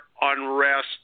unrest